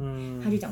mm